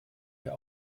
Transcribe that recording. der